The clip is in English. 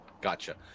gotcha